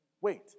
wait